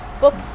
books